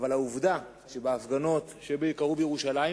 אבל העובדה שבהפגנות שקרו בירושלים